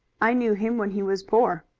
i knew him when he was poor.